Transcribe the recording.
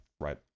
right